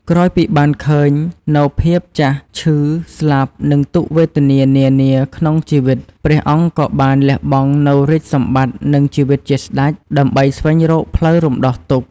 ក្រោយពីបានឃើញនូវភាពចាស់ ឈឺ ស្លាប់ និងទុក្ខវេទនានានាក្នុងជីវិត ព្រះអង្គក៏បានលះបង់នូវរាជសម្បត្តិ និងជីវិតជាស្តេច ដើម្បីស្វែងរកផ្លូវរំដោះទុក្ខ។